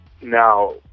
now